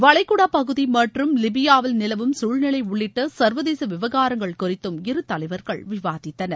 வளைகுடா பகுதி மற்றும் லிபியாவில் நிலவும் குழ்நிலை உள்ளிட்ட சர்வதேச விவகாரங்கள் குறித்தும் இரு தலைவர்கள் விவாதிக்கனர்